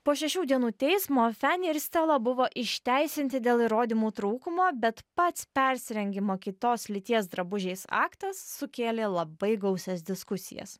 po šešių dienų teismo fani ir stela buvo išteisinti dėl įrodymų trūkumo bet pats persirengimo kitos lyties drabužiais aktas sukėlė labai gausias diskusijas